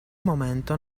momento